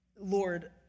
Lord